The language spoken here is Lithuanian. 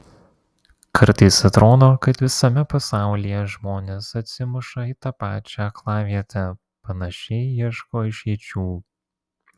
kartais atrodo kad visame pasaulyje žmonės atsimuša į tą pačią aklavietę panašiai ieško išeičių